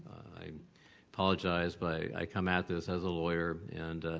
i apologize by i come at this as a lawyer and